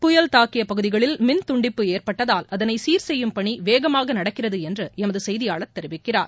புயல் தாக்கிய பகுதிகளில் மின்துண்டிப்பு ஏற்பட்டதால் அதனை சீர்செய்யும் பணி வேகமாக நடக்கிறது என்று எமது செய்தியாளர் தெரிவிக்கிறார்